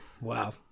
Wow